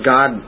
God